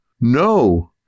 No